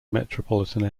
metropolitan